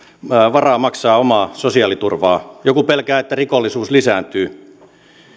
varaa maksaa omaa sosiaaliturvaa joku pelkää että rikollisuus lisääntyy